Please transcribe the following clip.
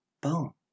boom